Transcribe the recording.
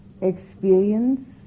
experience